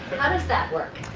how does that work?